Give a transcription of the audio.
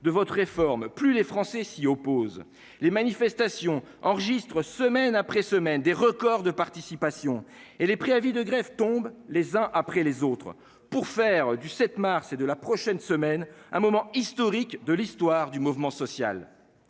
de votre réforme, plus les Français s'y opposent les manifestations enregistre, semaine après semaine des records de participation et les préavis de grève tombent les uns après les autres pour faire du 7 mars et de la prochaine semaine un moment historique de l'histoire du mouvement social.